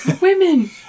Women